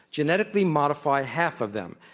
genetically modify half of them,